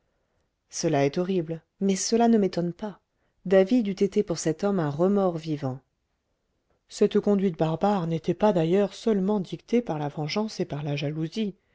cela est horrible mais cela ne m'étonne pas david eût été pour cet homme un remords vivant cette conduite barbare n'était pas d'ailleurs seulement dictée par la vengeance et par la jalousie